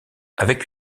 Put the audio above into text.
avec